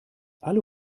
alle